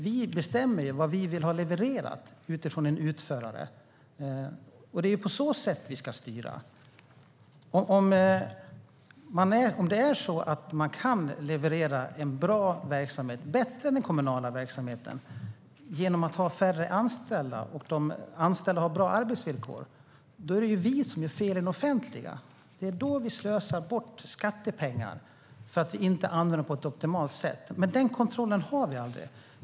Vi bestämmer ju vad vi vill ha levererat av en utförare. Det är på så sätt vi ska styra. Om det är så att man kan leverera en bra verksamhet, bättre än den kommunala verksamheten, genom att ha färre anställda och de anställda har bra arbetsvillkor, då är det ju vi som gör fel i det offentliga. Det är då vi slösar bort skattepengar och inte använder dem på ett optimalt sätt. Men den kontrollen har vi aldrig.